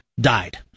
died